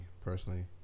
personally